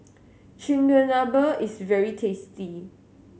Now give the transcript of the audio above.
chigenabe is very tasty